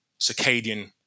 circadian